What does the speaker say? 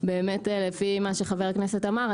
לפי מה שחבר הכנסת אמר,